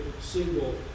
single